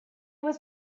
was